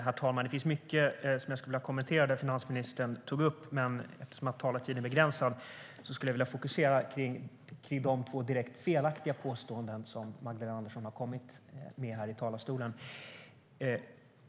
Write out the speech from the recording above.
Herr talman! Det finns mycket av det som finansministern sa som jag skulle vilja kommentera, men eftersom min talartid är begränsad vill jag fokusera på de direkt felaktiga påståenden som Magdalena Andersson gjorde här i talarstolen.